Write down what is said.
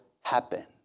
happen